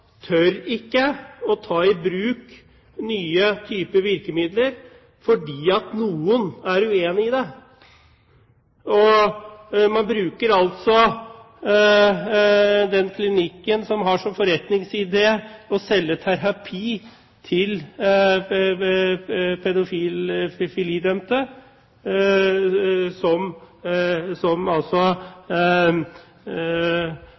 tør ikke å ta i bruk nye typer virkemidler, fordi noen er uenige i dem. Man bruker altså en klinikk som har som forretningsidé å selge terapi til pedofilidømte, som